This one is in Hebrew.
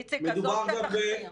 איציק, עזוב את התחקיר.